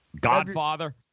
Godfather